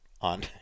on